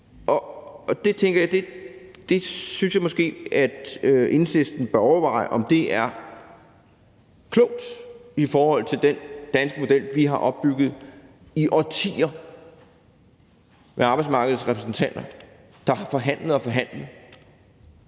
at det synes jeg måske Enhedslisten bør overveje om er klogt i forhold til den danske model, vi har opbygget i årtier med arbejdsmarkedets repræsentanter, der har forhandlet og forhandlet